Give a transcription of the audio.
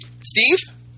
Steve